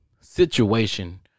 situation